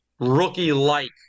Rookie-like